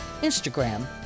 Instagram